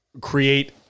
create